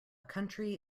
country